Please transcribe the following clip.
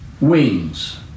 wings